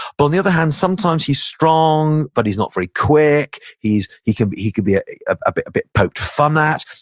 but on the other hand, sometimes he's strong, but he's not very quick. he can he can be a ah bit bit poked fun at.